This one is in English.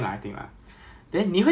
其他的 cookhouse 没有在关